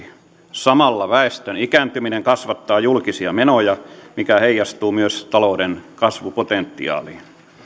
samalla väestön ikääntyminen kasvattaa julkisia menoja mikä heijastuu myös talouden kasvupotentiaaliin